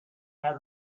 had